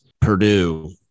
Purdue